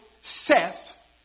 Seth